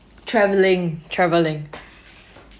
travelling travelling